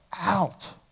out